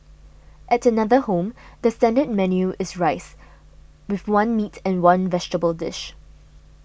at another home the standard menu is rice with one meat and one vegetable dish